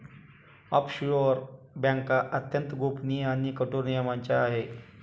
offshore बँका अत्यंत गोपनीय आणि कठोर नियमांच्या आहे